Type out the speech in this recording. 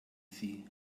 sie